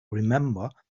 remember